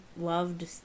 loved